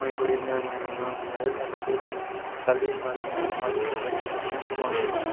मतलब इ'यां मज़ा निं आंदा खेल्लनै गी पैह्ले जमानै दियां गेम्मां जोह्कियां बड़ियां इंटरस्टिंग गेम्मां होंदियां हियां